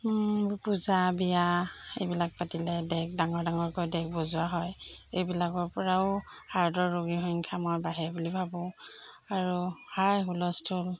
পূজা বিয়া এইবিলাক পাতিলে ডেক ডাঙৰ ডাঙৰকৈ ডেক বজোৱা হয় এইবিলাকৰপৰাও হাৰ্টৰ ৰোগীৰ সংখ্যা মই বাঢ়ে বুলি ভাবোঁ আৰু হাই হুলস্থুল